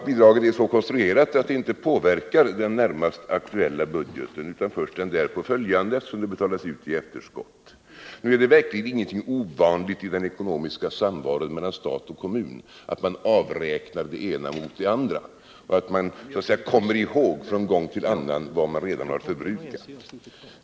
Bidraget är så konstruerat att det inte påverkar den närmast aktuella budgeten utan först den därpå följande, eftersom det betalas ut i efterskott. Nu är det verkligen ingenting ovanligt i den ekonomiska samvaron mellan stat och kommun att man avräknar det ena mot det andra och att man så att säga kommer ihåg från gång till gång vad man redan har förbrukat.